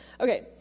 Okay